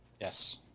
Yes